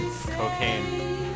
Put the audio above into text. Cocaine